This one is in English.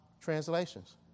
translations